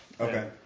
okay